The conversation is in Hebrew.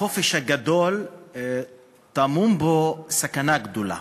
החופש הגדול, טמונה בו סכנה גדולה